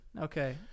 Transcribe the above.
Okay